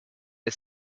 est